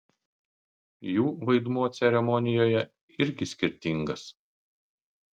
jų vaidmuo ceremonijoje irgi skirtingas